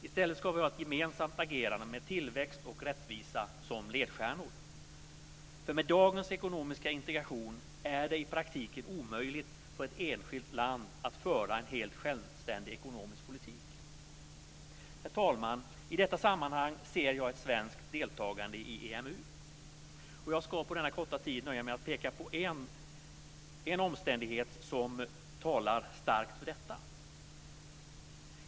I stället ska vi ha ett gemensamt agerande med tillväxt och rättvisa som ledstjärnor, för med dagens ekonomiska integration är det i praktiken omöjligt för ett enskilt land att föra en helt självständig ekonomisk politik. Herr talman! I detta sammanhang ser jag ett svenskt deltagande i EMU. Jag ska på den korta talartid som står till förfogande nöja mig med att peka på en omständighet som talar starkt för detta.